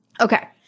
Okay